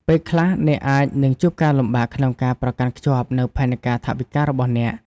ពេលខ្លះអ្នកអាចនឹងជួបការលំបាកក្នុងការប្រកាន់ខ្ជាប់នូវផែនការថវិការបស់អ្នក។